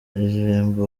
aririmba